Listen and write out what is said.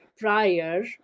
Prior